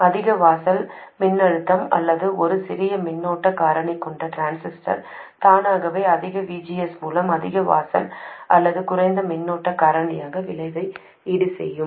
அதிக வாசல் மின்னழுத்தம் அல்லது ஒரு சிறிய மின்னோட்டக் காரணி கொண்ட டிரான்சிஸ்டர் தானாகவே அதிக VGS மூலம் அதிக வாசல் அல்லது குறைந்த மின்னோட்டக் காரணியின் விளைவை ஈடுசெய்யும்